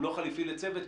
הוא לא חליפי לצוות,